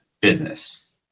business